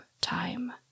time